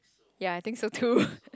ya I think so too